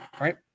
right